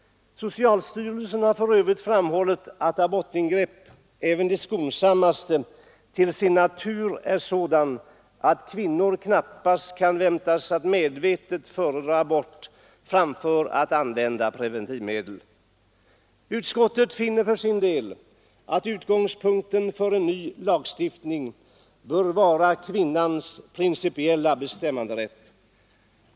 Socialstyrelsen har för övrigt framhållit att abortingrepp — även de skonsammaste — till sin natur är sådana att kvinnor knappast kan förväntas att medvetet föredra abort framför att använda preventivmedel. Utskottet finner för sin del att utgångspunkten för en ny lagstiftning bör vara kvinnans principiella bestämmanderätt.